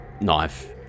knife